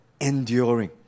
enduring